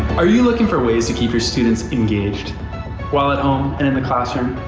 are you looking for ways to keep your students engaged while at home and in the classroom?